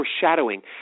foreshadowing